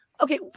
Okay